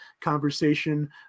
conversation